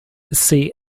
see